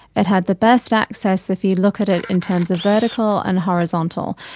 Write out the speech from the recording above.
it had the best access if you look at it in terms of vertical and horizontal.